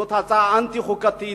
זו הצעה אנטי-חוקתית,